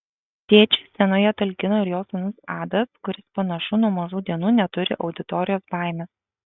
tėčiui scenoje talkino ir jo sūnus adas kuris panašu nuo mažų dienų neturi auditorijos baimės